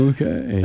Okay